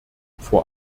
vor